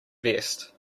vest